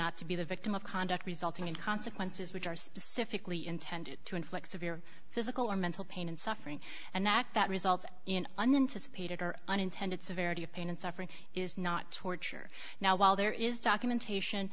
not to be the victim of conduct resulting in consequences which are specifically intended to inflict severe physical or mental pain and suffering an act that results in an interest paid or unintended severity of pain and suffering is not torture now while there is documentation